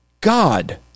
God